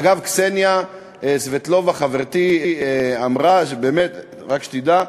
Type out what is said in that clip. אגב, קסניה סבטלובה חברתי אמרה, באמת, רק שתדע: